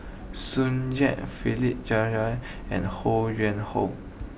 Tsung Yeh Philip and Ho Yuen Hoe